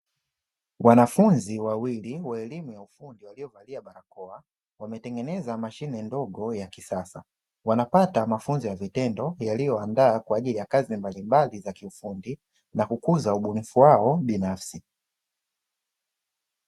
Wanafunzi wawili wa elimu ya ufundi waliovalia barakoa wametengeneza mashine ndogo ya kisasa, wanapata mafunzo ya vitendo iliyowaandaa kwa ajili ya kazi mbalimbali za ufundi na kukuza ubunifu wao binafsi.